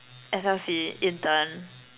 S_L_C intern